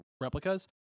replicas